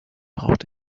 braucht